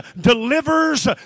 delivers